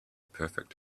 perfect